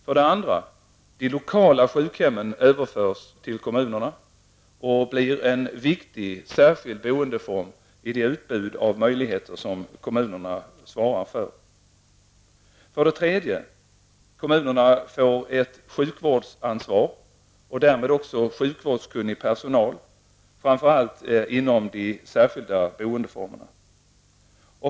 För det andra överförs de lokala sjukhemmen till kommunerna och blir en viktig särskild boendeform i de utbud av möjligheter som kommunerna svarar för. För det tredje får kommunerna ett sjukvårdsansvar och därmed också sjukvårdskunnig personal, framför allt inom de särskilda boendeformerna.